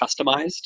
customized